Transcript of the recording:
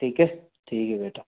ठीक है ठीक है बेटा